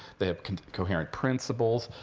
they have coherent principles.